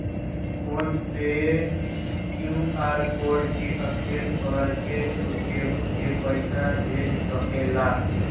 phone पे QR code के scan करके तू केहू के पईसा भेज सकेला